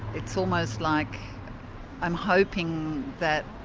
it's almost like i'm hoping that